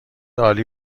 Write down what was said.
عالی